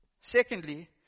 Secondly